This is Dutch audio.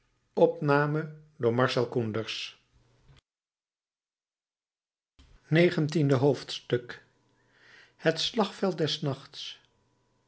negentiende hoofdstuk het slagveld des nachts